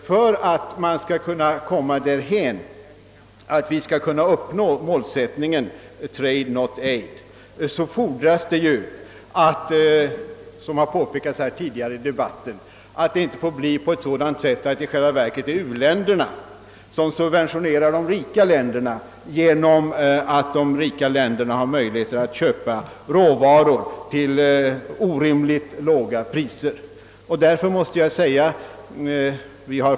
För att man skall uppnå målsättningen »Trade — not aid» är förutsättningen, som påpekats tidigare i denna debatt, att det inte i själva verket blir u-länderna som subventionerar de rika länderna på det sättet, att de rika länderna får möjligheter att köpa råvaror till orimligt låga priser.